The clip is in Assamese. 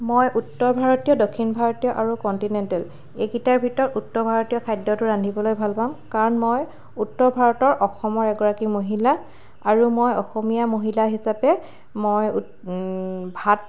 মই উত্তৰ ভাৰতীয় দক্ষিণ ভাৰতীয় আৰু কণ্টিনেণ্টেল এইকেইটাৰ ভিতৰত উত্তৰ ভাৰতীয় খাদ্যটো ৰান্ধিবলৈ ভাল পাওঁ কাৰণ মই উত্তৰ ভাৰতৰ অসমৰ এগৰাকী মহিলা আৰু মই অসমীয়া মহিলা হিচাপে মই ভাত